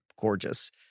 gorgeous